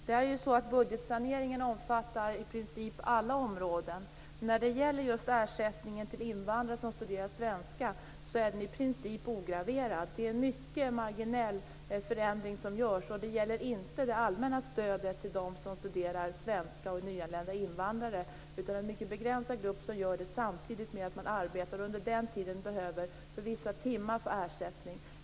Herr talman! Budgetsaneringen omfattar i princip alla områden. Ersättningen till invandrare som studerar svenska är i princip ograverad. Det är en mycket marginell förändring som görs. Den gäller inte det allmänna stödet till de nyanlända invandrare som studerar svenska utan en mycket begränsad grupp som gör det samtidigt med att de arbetar och behöver få ersättning för vissa timmar under den tiden.